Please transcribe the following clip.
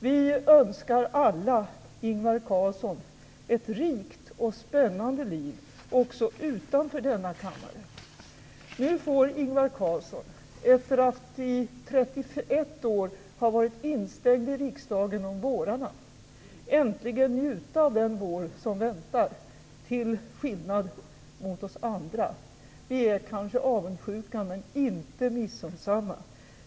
Vi önskar alla Ingvar Carlsson ett rikt och spännande liv, också utanför denna kammare. Nu får Ingvar Carlsson, efter att i 31 år ha varit instängd i riksdagen om vårarna, äntligen njuta av den vår som väntar - till skillnad mot oss. Vi är kanske avundsjuka men inte missunnsamma.